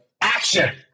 action